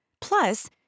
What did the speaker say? Plus